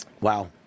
Wow